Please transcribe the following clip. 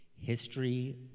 History